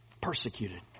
Persecuted